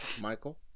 Michael